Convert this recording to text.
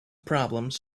problems